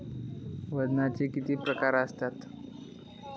वजनाचे किती प्रकार आसत?